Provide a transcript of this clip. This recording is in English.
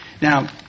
Now